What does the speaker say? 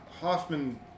Hoffman